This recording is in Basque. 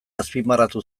azpimarratu